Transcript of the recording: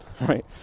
Right